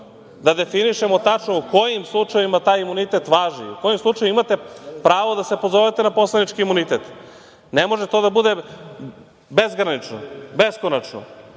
da definišemo tačno u kojim slučajevima taj imunitet važi, u kojim slučajevima imate pravo da se pozovete na poslanički imunitet. Ne može to da bude bezgranično, beskonačno,